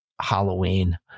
Halloween